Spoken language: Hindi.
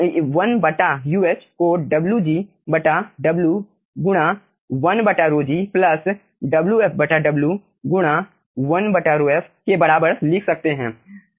तो हम् 1Uh को WgW गुणा 1ρg प्लस WfW गुणा 1ρf के बराबर लिख सकते है